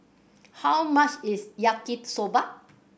how much is Yaki Soba